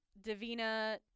Davina